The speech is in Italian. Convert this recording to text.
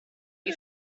che